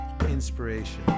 inspiration